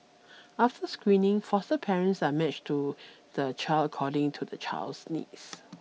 after screening foster parents are matched to the child according to the child's needs